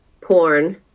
porn